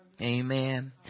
Amen